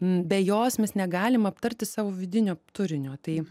be jos mes negalime aptarti savo vidinio turinio tai